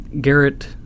Garrett